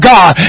God